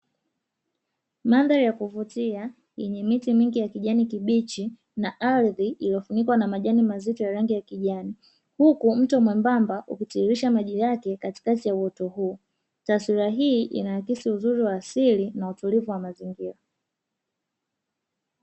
Mandhari ya kuvutia yenye miti mingi ya kijani kibichi na ardhi iliyofunikwa na majani mazito ya rangi ya kijani, huku mto mwembamba ukitiririsha maji yake katikati ya uoto huo, taswira hii inaakisi uzuri wa asili na utulivu wa mazingira.